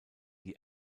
die